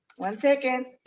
one second.